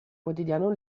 quotidiano